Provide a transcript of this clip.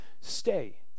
stay